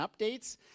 updates